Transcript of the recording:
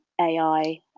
AI